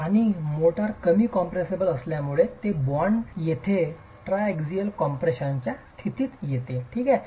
आणि मोर्टार कमी कॉम्प्रेशेबल असल्यामुळे ते बॉन्ड येथे ट्रायएक्सियल कम्प्रेशनच्या स्थितीत येते ठीक आहे